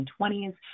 1920s